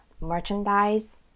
merchandise